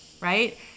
right